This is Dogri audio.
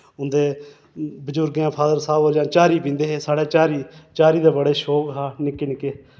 उं'दे बुजुर्गे फादर साह्ब हो जां झारी पींदे हे साढ़ै झारी झारी दा बड़ा शौक हा निक्के निक्के